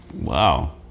Wow